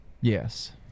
Yes